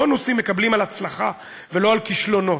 בונוסים מקבלים על הצלחה ולא על כישלונות.